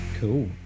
Cool